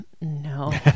no